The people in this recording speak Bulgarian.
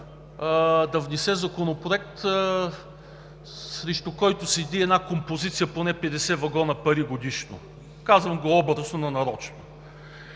да внесе Законопроект, срещу който стои една композиция – поне 50 вагона пари годишно. Казвам го образно, но нарочно!